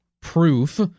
proof